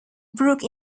brook